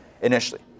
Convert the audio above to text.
initially